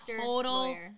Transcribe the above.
total